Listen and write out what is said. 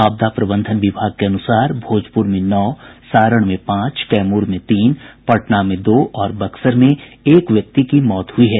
आपदा प्रबंधन विभाग के अनुसार भोजपुर में नौ सारण में पांच कैमूर में तीन पटना में दो और बक्सर में एक व्यक्ति की मौत हुई है